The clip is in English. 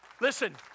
Listen